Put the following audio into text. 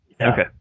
Okay